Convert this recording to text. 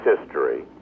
history